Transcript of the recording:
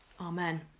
Amen